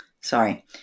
sorry